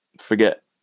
forget